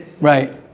right